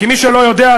כי מי שלא יודע,